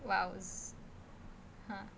!wow! ha